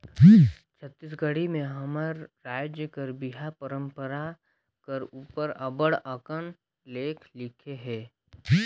छत्तीसगढ़ी में हमर राएज कर बिहा परंपरा कर उपर अब्बड़ अकन लेख लिखे हे